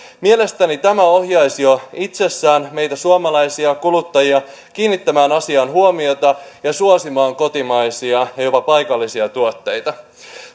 mielestäni tämä ohjaisi jo itsessään meitä suomalaisia kuluttajia kiinnittämään asiaan huomiota ja suosimaan kotimaisia ja jopa paikallisia tuotteita